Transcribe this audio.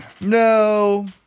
No